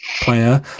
player